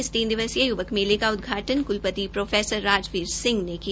इस तीन दिवसीय य्वक मेले का उदघाटन क्लपति प्रोराजबीर सिंह ने किया